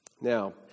Now